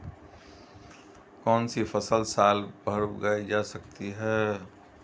कौनसी फसल साल भर उगाई जा सकती है?